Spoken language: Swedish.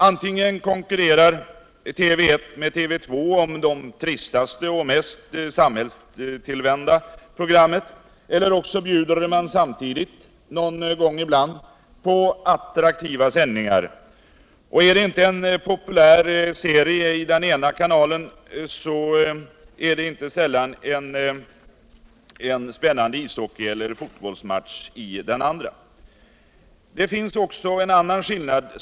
Antingen konkurrerar TV I med TV 2 om det tristaste och mest samhillstillvända programmet eller också bjuder man samtidigt — någon gång ibland — på attraktiva sändningar. Är det en populär serie i ena kanalen är det inte sällan en spännande ishockey eller fotbollsmatch i den andra. Det finns också en annan skillnad.